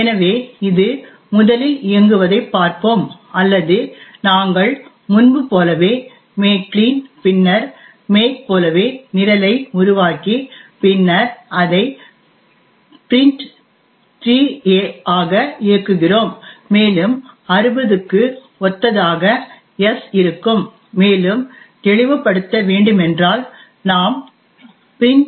எனவே இது முதலில் இயங்குவதைப் பார்ப்போம் அல்லது நாங்கள் முன்பு போலவே மேக் கிளீன் பின்னர் மேக் போலவே நிரலை உருவாக்கி பின்னர் அதை print3a ஆக இயக்குகிறோம் மேலும் 60 க்கு ஒத்ததாக s இருக்கும் மேலும் தெளிவு படுத்த வேண்டுமென்றால் நாம் print3a